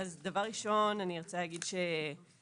ראשית, אנחנו